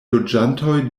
loĝantoj